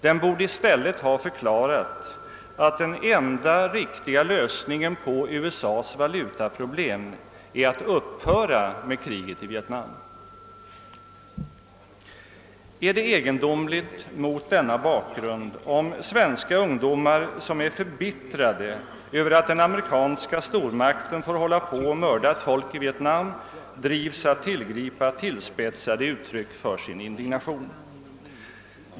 Den borde i stället ha förklarat att den enda riktiga lösningen på USA:s valutaproblem är att upphöra med kriget i Vietnam. Är det egendomligt — mot denna bakgrund — om svenska ungdomar, som är förbittrade över att den amerikanska stormakten får hålla på och mörda folk i Vietnam, drivs att tillgripa tillspetsade uttryck för sin indignation?